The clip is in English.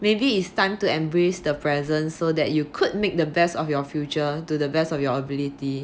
maybe it's time to embrace the present so that you could make the best of your future to the best of your ability